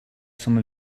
some